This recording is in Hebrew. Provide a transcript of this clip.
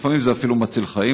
לפעמים זה אפילו מציל חיים.